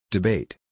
Debate